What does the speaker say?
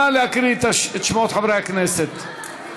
נא להקריא את שמות חברי הכנסת.